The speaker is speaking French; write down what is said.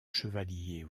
chevaliers